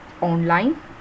online